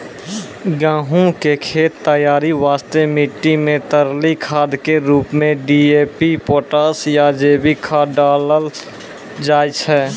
गहूम के खेत तैयारी वास्ते मिट्टी मे तरली खाद के रूप मे डी.ए.पी पोटास या जैविक खाद डालल जाय छै